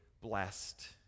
blessed